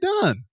done